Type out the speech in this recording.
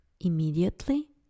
immediately